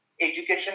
education